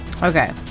Okay